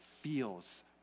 feels